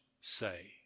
say